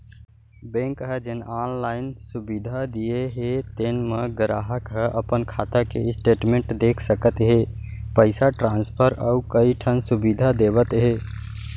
bank ह जेन online सुबिधा दिये हे तेन म गराहक ह अपन खाता के स्टेटमेंट देख सकत हे, पइसा ट्रांसफर अउ कइ ठन सुबिधा देवत हे